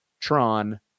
Tron